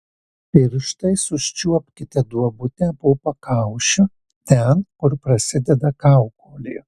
pirštais užčiuopkite duobutę po pakaušiu ten kur prasideda kaukolė